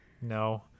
No